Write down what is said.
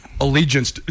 allegiance